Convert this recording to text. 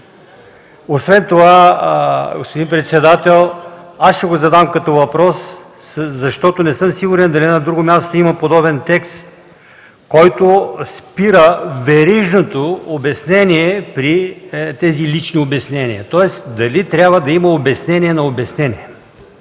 Освен това, господин председател, аз ще го задам като въпрос, защото не съм сигурен дали на друго място има подобен текст, който спира верижното обяснение при тези лични обяснения, тоест дали трябва да има обяснение на обяснение?